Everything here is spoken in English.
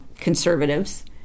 conservatives